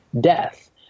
death